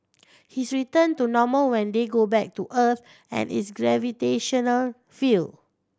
his return to normal when they go back to Earth and its gravitational field